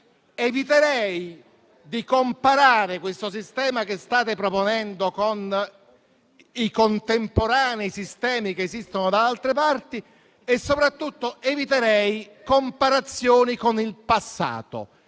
eviterei di comparare il sistema che state proponendo con i sistemi contemporanei che esistono da altre parti e soprattutto eviterei comparazioni con il passato.